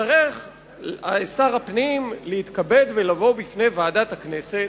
יצטרך שר הפנים להתכבד ולבוא לפני ועדת הכנסת